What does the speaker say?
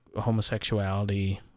homosexuality